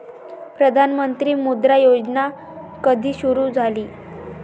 प्रधानमंत्री मुद्रा योजना कधी सुरू झाली?